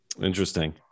Interesting